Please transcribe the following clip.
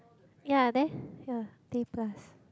yea there here DayPlus